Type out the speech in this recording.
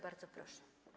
Bardzo proszę.